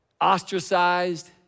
Ostracized